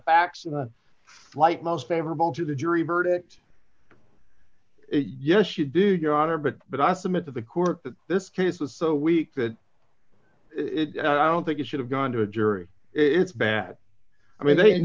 facts in the light most favorable to the jury verdict yes you do your honor but but i submit to the court that this case is so weak that it i don't think it should have gone to a jury it's bad i mean they